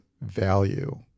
value